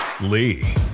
Lee